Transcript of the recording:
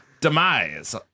Demise